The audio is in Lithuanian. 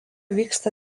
vyksta